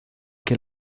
que